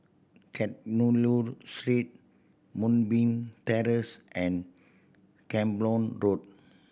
Kadayanallur Street Moonbeam Terrace and Camborne Road